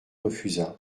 refusa